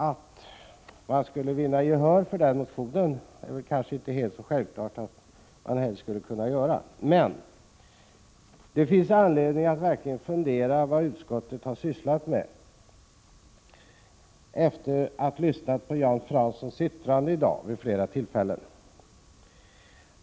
Det var väl inte helt självklart att motionen skulle vinna gehör, men det Prot. 1986/87:113 = finns anledning att verkligen fundera över vad utskottet har sysslat med. Det frågar man sig efter att ha lyssnat på Jan Franssons yttranden i kammaren vid flera tillfällen i dag.